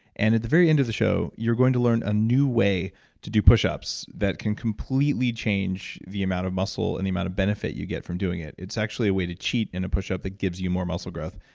and at the very end of the show, you're going to learn a new way to do pushups that can completely change the amount of muscle, and the amount of benefit you get from doing it. it's actually a way to cheat in a pushup that gives you more muscle growth.